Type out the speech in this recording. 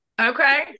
Okay